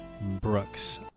Brooks